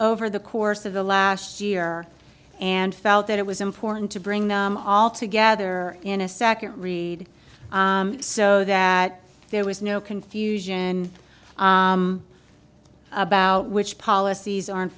over the course of the last year and felt that it was important to bring them all together in a second read so that there was no confusion about which policies are